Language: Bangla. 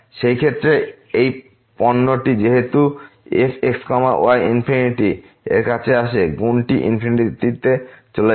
সেই ক্ষেত্রে এই পণ্যটি যেহেতু f x y ইনফিনিটি এর কাছে আসছে গুণটি ইনফিনিটিতে চলে যাবে